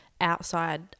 outside